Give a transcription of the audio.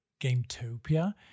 Gametopia